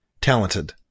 talented